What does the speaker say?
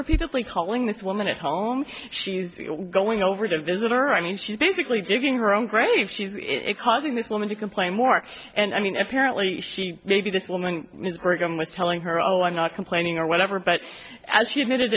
repeatedly calling this woman at home she's going over to visit her i mean she's basically digging her own grave she's causing this woman to complain more and i mean apparently she maybe this woman ms program was telling her oh i'm not complaining or whatever but as she admitted